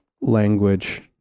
language